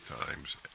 Times